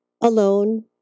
alone